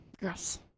Yes